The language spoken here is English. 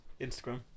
Instagram